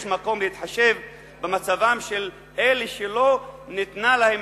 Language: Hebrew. יש מקום להתחשב במצבם של אלה שלא ניתנה להם